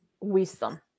wisdom